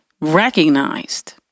recognized